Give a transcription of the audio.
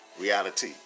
reality